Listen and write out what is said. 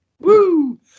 Woo